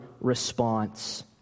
response